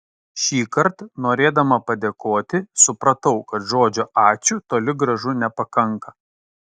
šįkart norėdama padėkoti supratau kad žodžio ačiū toli gražu nepakanka